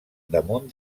damunt